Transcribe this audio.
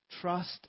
trust